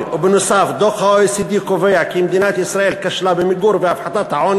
ודוח ה-OECD קובע כי מדינת ישראל כשלה במיגור העוני ובהפחתתו,